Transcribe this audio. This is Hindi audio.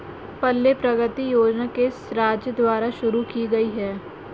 पल्ले प्रगति योजना किस राज्य द्वारा शुरू की गई है?